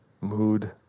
mood